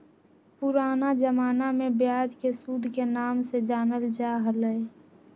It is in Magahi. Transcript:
पुराना जमाना में ब्याज के सूद के नाम से जानल जा हलय